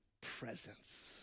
presence